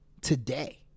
today